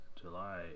July